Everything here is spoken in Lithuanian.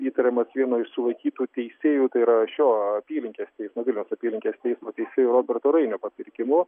įtariamas vieno iš sulaikytų teisėjų tai yra šio apylinkės teismo vilniaus apylinkės teismo teisėjo roberto rainio papirkimu